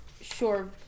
Sure